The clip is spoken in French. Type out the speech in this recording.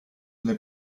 n’est